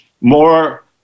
more